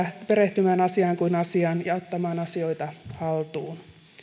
perehtymään asiaan kuin asiaan ja ottamaan asioita haltuun